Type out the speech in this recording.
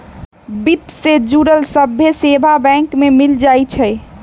वित्त से जुड़ल सभ्भे सेवा बैंक में मिल जाई छई